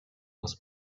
aus